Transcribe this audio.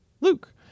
Luke